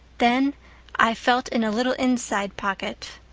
then i felt in a little inside pocket.